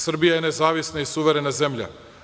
Srbija je nezavisna i suverena zemlja.